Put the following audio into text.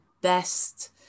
best